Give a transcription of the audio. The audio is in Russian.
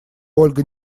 ольга